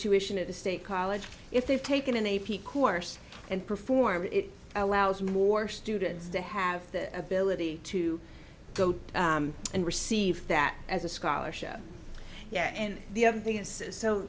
tuition at the state college if they've taken an a p course and performed it allows more students to have the ability to go to and receive that as a scholarship yeah and the other thing is so